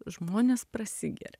žmonės prasigeria